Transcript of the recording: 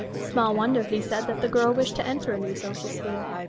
small wonder, he said, that the girl wished to enter a new social sphere.